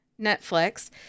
Netflix